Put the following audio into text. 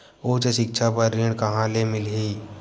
उच्च सिक्छा बर ऋण कहां ले मिलही?